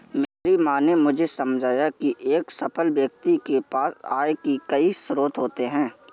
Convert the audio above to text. मेरी माँ ने मुझे समझाया की एक सफल व्यक्ति के पास आय के कई स्रोत होते हैं